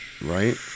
right